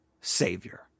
Savior